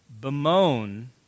bemoan